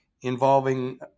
involving